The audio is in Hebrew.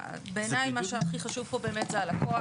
בעיניי מה שהכי חשוב פה באמת זה הלקוח,